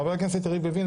חבר הכנסת יריב לוין,